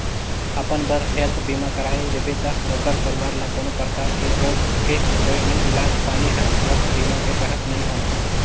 अपन बर हेल्थ बीमा कराए रिबे त ओखर परवार ल कोनो परकार के रोग के होए मे इलाज पानी हर सुवास्थ बीमा के तहत नइ होए